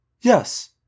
yes